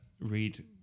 read